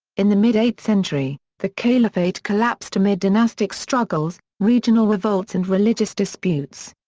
in the mid eighth century, the caliphate collapsed amid dynastic struggles, regional revolts and religious disputes.